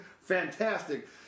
fantastic